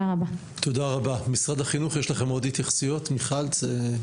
יש עוד התייחסויות למשרד החינוך?